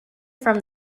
from